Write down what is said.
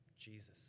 Jesus